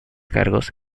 cargos